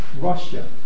Russia